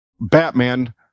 Batman